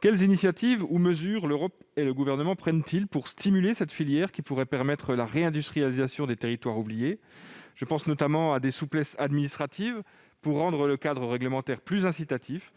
Quelles initiatives, ou mesures, l'Europe et le Gouvernement prennent-ils pour stimuler cette filière, qui pourrait permettre la réindustrialisation des territoires oubliés ? Je pense notamment à de possibles souplesses administratives, qui rendraient le cadre réglementaire plus incitatif,